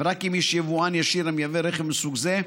רק אם יש יבואן ישיר המייבא רכב מסוג זה,